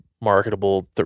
marketable